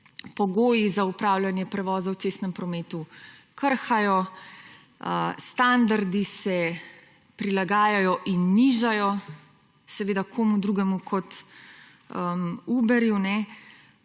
pogoji za opravljanje prevozov v cestnem prometu krhajo, standardi se prilagajajo in nižajo, seveda, komu drugemu kot Uberju.